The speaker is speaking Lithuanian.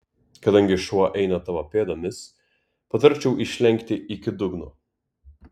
kadangi šuo eina tavo pėdomis patarčiau išlenkti iki dugno